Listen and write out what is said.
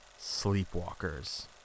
Sleepwalkers